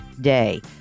day